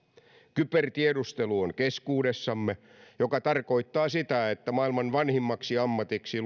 kybertiedustelu on keskuudessamme mikä tarkoittaa sitä että maailman vanhimmaksi ammatiksi